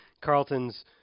carlton's